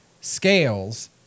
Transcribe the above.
scales